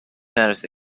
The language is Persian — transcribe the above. نرسه